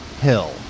hill